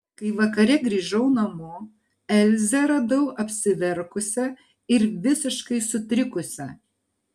kai vakare grįžau namo elzę radau apsiverkusią ir visiškai sutrikusią